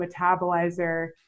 metabolizer